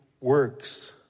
works